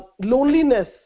loneliness